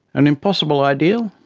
an impossible ideal?